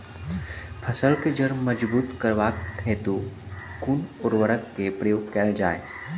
फसल केँ जड़ मजबूत करबाक हेतु कुन उर्वरक केँ प्रयोग कैल जाय?